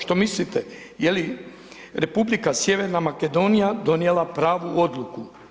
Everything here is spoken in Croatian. Što mislite je li Republika Sjeverna Makedonija donijela pravu odluku?